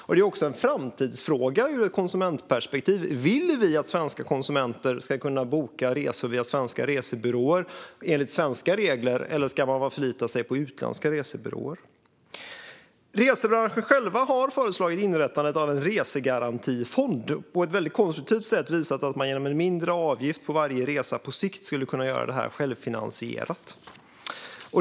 Det är också en framtidsfråga ur ett konsumentperspektiv: Vill vi att svenska konsumenter ska kunna boka resor via svenska resebyråer enligt svenska regler, eller ska man behöva förlita sig på utländska resebyråer? Resebranschen själv har föreslagit inrättandet av en resegarantifond och på ett konstruktivt sätt visat att man genom en mindre avgift på varje resa på sikt skulle kunna göra fonden självfinansierad.